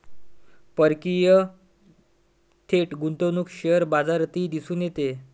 परकीय थेट गुंतवणूक शेअर बाजारातही दिसून येते